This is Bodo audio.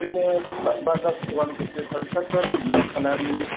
ओरैनो बा बाजाज अवान फिफटि पालसारफोर ब्लेक कालारनि